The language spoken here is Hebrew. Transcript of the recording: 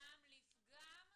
-- טעם לפגם,